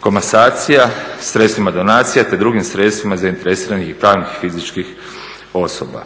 komasacija, sredstvima donacija te drugim sredstvima zainteresiranih i pravnih fizičkih osoba.